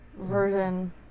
version